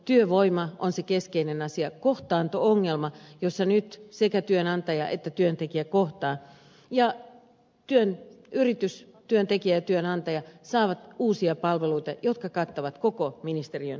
työvoima on se keskeinen asia kohtaanto ongelma jossa nyt sekä työnantaja että työntekijä kohtaa ja yritys työntekijä ja työnantaja saavat uusia palveluita jotka kattavat koko ministeriön toimialan